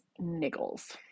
niggles